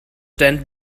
tent